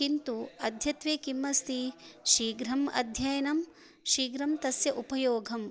किन्तु अद्यत्वे किम् अस्ति शीघ्रम् अध्ययनं शीघ्रं तस्य उपयोगम्